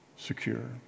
Secure